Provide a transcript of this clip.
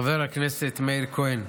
חבר הכנסת מאיר כהן,